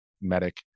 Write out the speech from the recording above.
medic